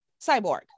Cyborg